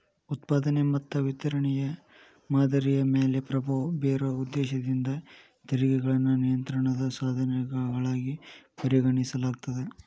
ಉತ್ಪಾದನೆ ಮತ್ತ ವಿತರಣೆಯ ಮಾದರಿಯ ಮ್ಯಾಲೆ ಪ್ರಭಾವ ಬೇರೊ ಉದ್ದೇಶದಿಂದ ತೆರಿಗೆಗಳನ್ನ ನಿಯಂತ್ರಣದ ಸಾಧನಗಳಾಗಿ ಪರಿಗಣಿಸಲಾಗ್ತದ